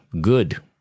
good